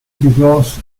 divorce